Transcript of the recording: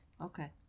okay